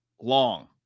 long